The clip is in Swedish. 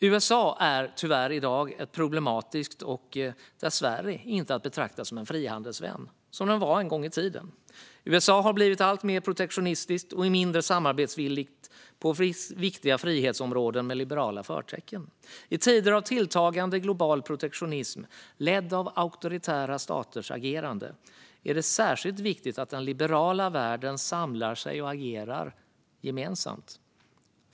USA är i dag tyvärr problematiskt och dessvärre inte att betrakta som en frihandelsvän, som landet var en gång i tiden. USA har blivit alltmer protektionistiskt och mindre samarbetsvilligt på viktiga frihetsområden med liberala förtecken. I tider av tilltagande global protektionism ledd av auktoritära staters agerande är det särskilt viktigt att den liberala världen samlar sig och agerar gemensamt.